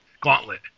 gauntlet